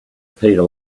peter